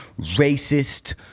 racist